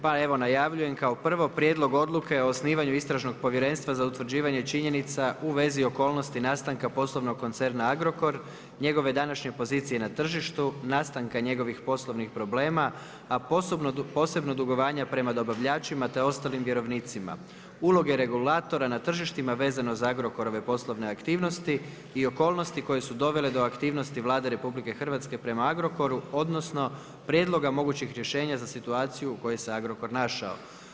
Pa evo najavljujem kao prvo: - Prijedlog odluke o osnivanju istražnog povjerenstva za utvrđivanje činjenica u vezi okolnosti nastanka poslovnog koncerna Agrokor, njegove današnje pozicije na tržištu, nastanka njegovih poslovnih problema, a posebno dugovanja prema dobavljačima te ostalim vjerovnicima, uloge regulatora na tržištima vezano za Agrokorove poslovne aktivnosti i okolnosti koje su dovele do aktivnosti Vlade Republike Hrvatske prema Agrokoru, odnosno, prijedloga mogućeg rešenja za situaciju u kojoj se Agrokor našao.